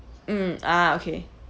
mm ah okay